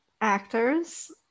actors